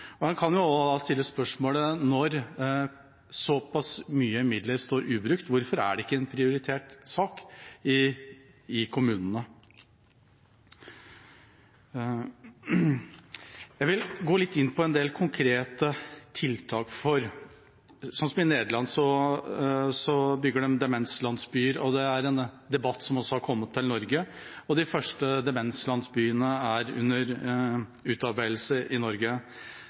kan også stille spørsmålet: Når såpass mye midler står ubrukt, hvorfor er det ikke en prioritert sak i kommunene? Jeg vil gå litt inn på en del konkrete tiltak. I Nederland bygger de demenslandsbyer, og det er en debatt som også har kommet til Norge. De første demenslandsbyene i Norge er under utarbeidelse. De kommunene i